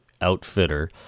outfitter